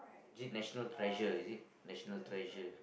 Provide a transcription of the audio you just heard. is it national treasure is it national treasure